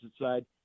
side